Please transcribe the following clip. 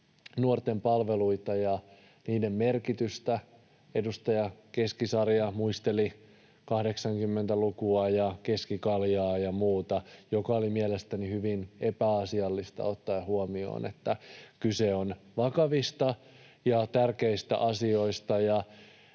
nuorten palveluita ja niiden merkitystä. Edustaja Keskisarja muisteli 80-lukua ja keskikaljaa ja muuta, mikä oli mielestäni hyvin epäasiallista ottaen huomioon, että kyse on vakavista ja tärkeistä asioista.